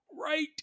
right